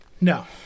No